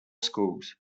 schools